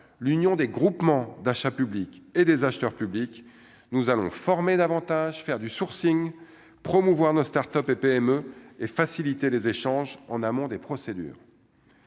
l'Union des groupements d'achats publics et des acheteurs publics nous allons former davantage faire du sourcing promouvoir nos Start-Up et PME et faciliter les échanges en amont des procédures.